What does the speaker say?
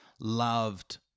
loved